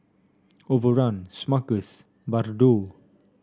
Overrun Smuckers Bardot